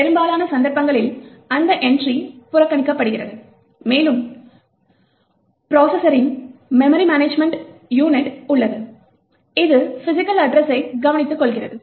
பெரும்பாலான சந்தர்ப்பங்களில் இந்த என்ட்ரி புறக்கணிக்கப்படுகிறது மேலும் ப்ரோசஸரின் மெமரி மேனேஜ்மென்ட் யூனிட் உள்ளது இது பிஸிக்கல் அட்ட்ரஸை கவனித்துக்கொள்கிறது